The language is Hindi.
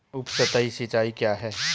उपसतही सिंचाई क्या है?